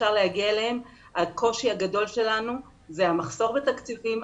אפשר להגיע אליהם שהקושי הגדול שלנו הוא המחסור בתקציבים,